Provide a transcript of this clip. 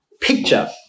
picture